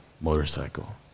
motorcycle